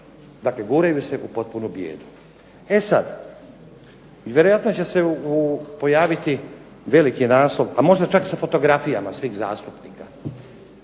Dakle, guraju se u potpunu bijedu. E sad, vjerojatno će se pojaviti veliki naslov, a možda čak sa fotografijama svih zastupnika